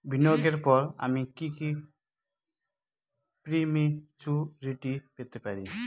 বিনিয়োগের পর আমি কি প্রিম্যচুরিটি পেতে পারি?